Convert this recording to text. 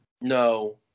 No